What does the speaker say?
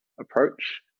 approach